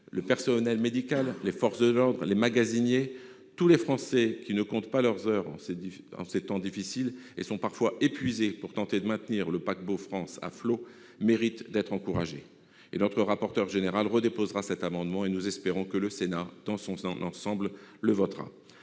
Le personnel médical, les forces de l'ordre, les magasiniers, tous les Français qui ne comptent pas leurs heures en ces temps difficiles pour tenter de maintenir le paquebot France à flot et sont parfois épuisés, méritent d'être encouragés. Notre rapporteur général déposera un amendement similaire et nous espérons que le Sénat, dans son ensemble, le votera.